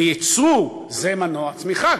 ויצוא זה מנוע צמיחה.